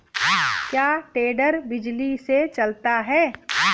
क्या टेडर बिजली से चलता है?